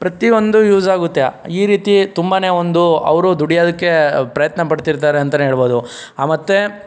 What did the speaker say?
ಪ್ರತಿ ಒಂದು ಯೂಸ್ ಆಗುತ್ತೆ ಈ ರೀತಿ ತುಂಬನೇ ಒಂದು ಅವರು ದುಡಿಯೋದಕ್ಕೆ ಪ್ರಯತ್ನ ಪಡ್ತಿರ್ತಾರೆ ಅಂತಲೇ ಹೇಳ್ಬಹುದು ಆ ಮತ್ತು